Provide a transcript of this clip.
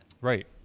Right